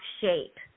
shape